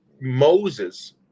Moses